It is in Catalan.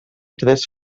tres